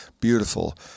beautiful